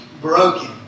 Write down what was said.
broken